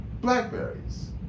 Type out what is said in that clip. blackberries